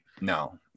no